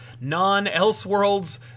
non-Elseworlds